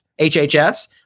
HHS